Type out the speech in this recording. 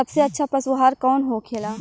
सबसे अच्छा पशु आहार कौन होखेला?